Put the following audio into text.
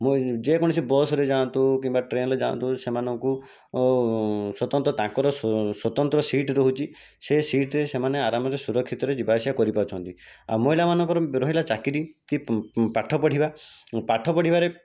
ମୁଁ ଯେକୌଣସି ବସ୍ରେ ଯାଆନ୍ତୁ କିମ୍ବା ଟ୍ରେନ୍ରେ ଯାଆନ୍ତୁ ସେମାନଙ୍କୁ ସ୍ଵତନ୍ତ୍ର ତାଙ୍କର ସ୍ଵତନ୍ତ୍ର ସିଟ୍ ରହୁଛି ସେ ସିଟ୍ରେ ସେମାନେ ଆରାମରେ ସୁରକ୍ଷିତରେ ଯିବା ଆସିବା କରି ପାରୁଛନ୍ତି ଆଉ ମହିଳାମାନଙ୍କର ରହିଲା ଚାକିରି କି ପାଠ ପଢ଼ିବା ପାଠ ପଢ଼ିବାରେ